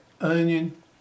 onion